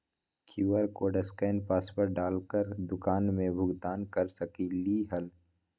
QR code scan password डाल कर दुकान में भुगतान कर सकलीहल?